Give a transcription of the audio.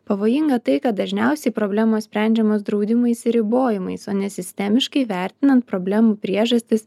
pavojinga tai kad dažniausiai problemos sprendžiamos draudimais ir ribojimais o ne sistemiškai vertinant problemų priežastis